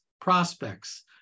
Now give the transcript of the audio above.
prospects